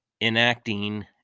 enacting